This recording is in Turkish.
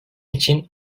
için